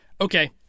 Okay